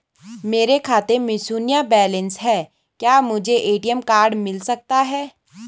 मेरे खाते में शून्य बैलेंस है क्या मुझे ए.टी.एम कार्ड मिल सकता है?